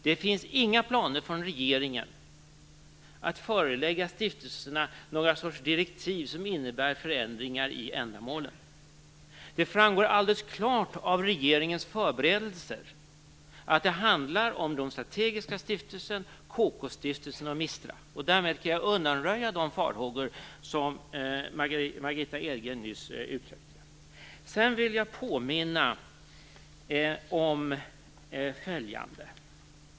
Det finns inga planer från regeringen om att förelägga stiftelserna någon sorts direktiv som innebär förändringar i ändamålen. Det framgår alldeles klart av regeringens förberedelser att det handlar om den strategiska stiftelsen, KK-stiftelsen och MISTRA. Därmed kan jag undanröja de farhågor som Margitta Edgren nyss uttryckte. Sedan vill jag påminna om följande.